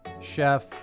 chef